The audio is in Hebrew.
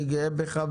אני גאה בך.